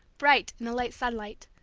bright in the late sunlight,